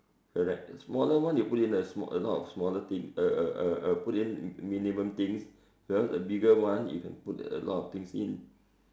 correct smaller one you put in a small a lot of smaller thing uh uh uh uh put in minimum things whereas a bigger one you can put a lot of things in